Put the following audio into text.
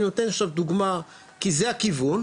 אני נותן עכשיו דוגמה כי זה הכיוון,